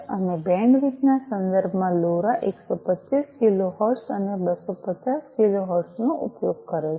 અને બેન્ડવિડ્થ ના સંદર્ભમાં લોરા 125 કિલોહર્ટ્ઝ અને 250 કિલોહર્ટ્ઝ નો ઉપયોગ કરે છે